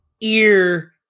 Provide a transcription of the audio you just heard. ear